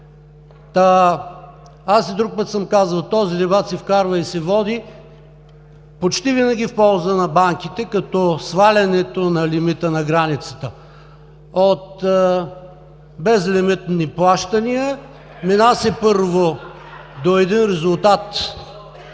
Аз и друг път съм казвал: този дебат се вкарва и се води почти винаги в полза на банките, като свалянето на лимита, на границата от безлимитни плащания, мина се първо до един резултат,